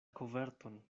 koverton